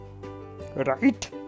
Right